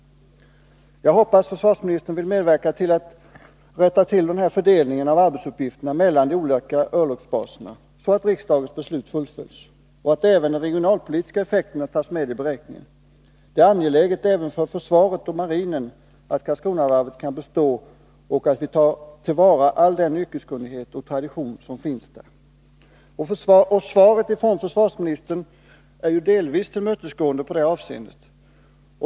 Jag hoppas att försvarsministern vill medverka till att rätta till fördelningen av arbetsuppgifterna mellan de olika örlogsbaserna, så att riksdagens beslut fullföljs, och att även de regionalpolitiska effekterna tas med i beräkningen. Det är angeläget för marinen och för försvaret över huvud taget att Karlskronavarvet kan bestå och att vi tar till vara all den yrkeskunnighet och tradition som finns där. Svaret från försvarsministern är ju delvis tillmötesgående i detta avseende.